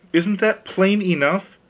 isn't that plain enough?